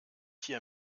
hier